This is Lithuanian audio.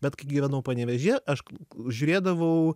bet kai gyvenau panevėžyje aš žiūrėdavau